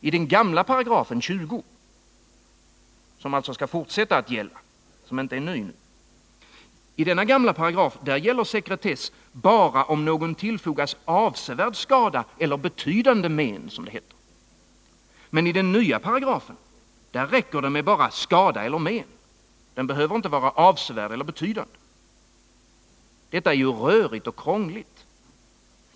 I den gamla 20 §, som alltså skall fortsätta att gälla, gäller sekretess bara om någon tillfogas avsevärd skada eller betydande men. Men i den nya paragrafen räcker det med bara skada eller men. Det behöver alltså inte vara avsevärt eller betydande. Detta är ju rörigt och krångligt.